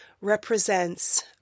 represents